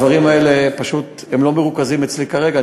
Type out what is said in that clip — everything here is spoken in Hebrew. הדברים האלה פשוט לא מרוכזים אצלי כרגע.